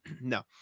No